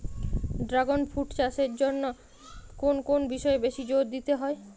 Dragon fruit চাষের জন্য কোন কোন বিষয়ে বেশি জোর দিতে হয়?